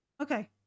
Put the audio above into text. Okay